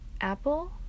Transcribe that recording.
apple